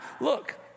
look